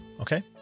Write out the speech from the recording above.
Okay